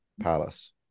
Palace